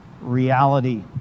reality